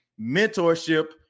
mentorship